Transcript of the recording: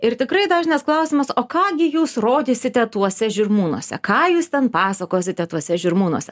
ir tikrai dažnas klausimas o ką gi jūs rodysite tuose žirmūnuose ką jūs ten pasakosite tuose žirmūnuose